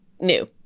new